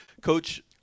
coach